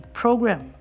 program